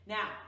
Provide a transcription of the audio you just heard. Now